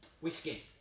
Whiskey